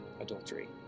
adultery